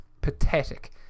pathetic